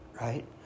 right